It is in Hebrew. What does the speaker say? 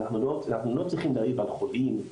אנחנו לא צריכים להעיב על חולים,